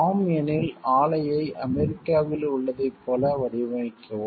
ஆம் எனில் ஆலையை அமெரிக்காவில் உள்ளதைப் போல வடிவமைக்கவும்